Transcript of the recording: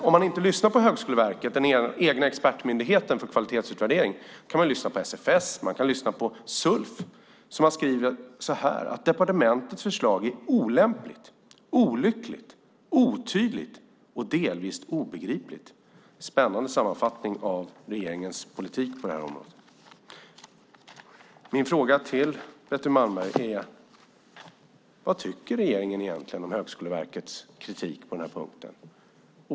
Om man inte lyssnar på Högskoleverket, den egna expertmyndigheten för kvalitetsutvärdering, kan man lyssna på SFS och Sulf. Man skriver så här: Departementets förslag är olämpligt, olyckligt, otydligt och delvis obegripligt. Det är en annan sammanfattning av regeringens politik på det här området. Min fråga till Betty Malmberg är: Vad tycker regeringen egentligen om Högskoleverkets kritik på den här punkten?